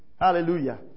Hallelujah